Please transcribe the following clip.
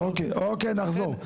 נחזור.